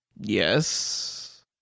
Yes